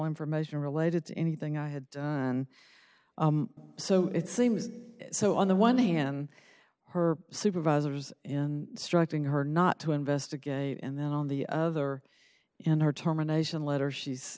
information related to anything i had and so it seems so on the one hand her supervisors in striking her not to investigate and then on the other end her terminations letter she's